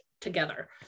together